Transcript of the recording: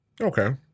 Okay